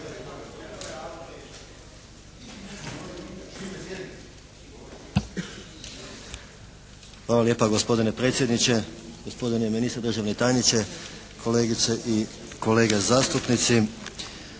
Hvala lijepa gospodine predsjedniče, gospodine ministre, državni tajniče, kolegice i kolege zastupnici.